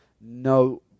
no